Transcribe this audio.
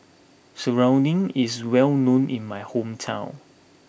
Serunding is well known in my hometown